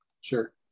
Sure